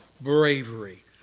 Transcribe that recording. bravery